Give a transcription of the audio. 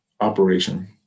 operation